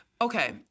okay